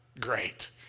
Great